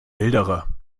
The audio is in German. wilderer